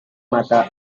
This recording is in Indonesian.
mata